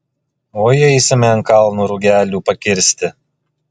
oi eisime ant kalno rugelių pakirsti